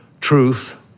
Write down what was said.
truth